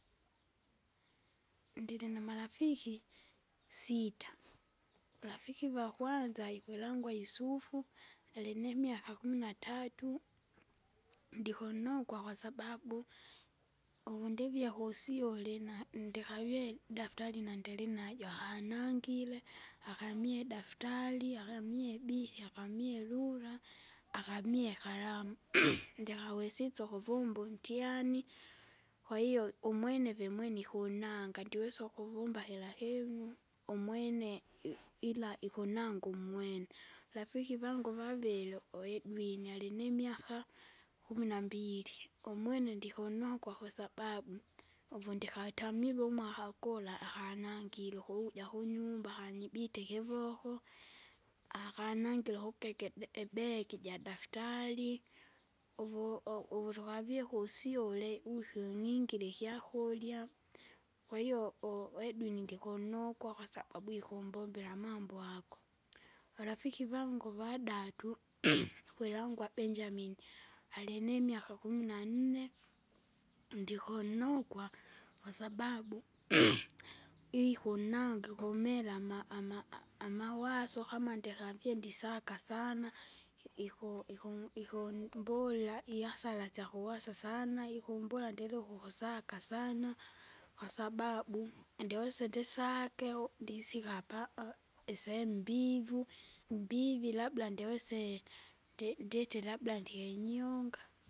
ndilinamarafiki, sita rafiki vakwanza ikwilangwa Yusufu alinimiaka kumi na tatu, ndikunnokwa kwasababu, uvundivie kusyule ina ndikavie daftari nandilinajo akanangire, akamie idaftari, akamie ibiki, akamie irula, akamie ikaramu, ndikawesiso ukuvomba untiani. Kwahiyo umwene vimwene ikunanga ndiwesa ukuvumba kira kinu, umwene i- ila ikunanga umwene. Rafiki vangu vaviri uedwini, alinimiaka, kumi na mbili. Umwene ndikunokwa kwasabau, uvundikatamive umwaka gula akaningile ukuvuja kunyumba akanyibite ikivoko, akanangire ukukeka de- ibegi jadaftari, uvu- u- uvutukavie kusyule wikunyingira ikyakurya, kwahiyo u- edwini ndikunnokwa, kwasabau ikumbombela amambo ago. Varafiki vangu vadatu kwilangwa Benjamini, alinimika kumi na nne, ndikunnokwa, kwasababu, ikunnanga ikumera ama- ama- amawaso kama ndikavie ndisaka sana, i- iku- iku- ikumbulila ihasara syakuwasa sana. Ikumbulila ndiluku kusaka sana, kwasababu, ndiwesa ndisake, u- ndisika apa isemu mbivu, mbivi labda ndiwese, ndi- nditi labda ndihenyonga.